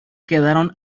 quedaron